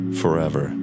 forever